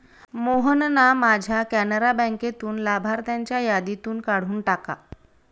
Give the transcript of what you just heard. मोहनना माझ्या कॅनरा बँकेतून लाभार्थ्यांच्या यादीतून काढून टाका